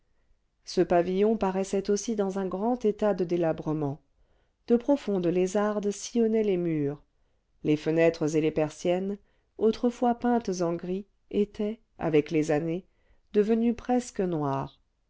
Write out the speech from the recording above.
ce pavillon paraissait aussi dans un grand état de délabrement de profondes lézardes sillonnaient les murs les fenêtres et les persiennes autrefois peintes en gris étaient avec les années devenues presque noires